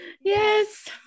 Yes